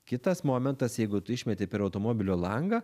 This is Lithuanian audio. kitas momentas jeigu tu išmeti per automobilio langą